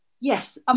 yes